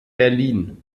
berlin